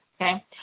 okay